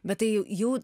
bet tai jau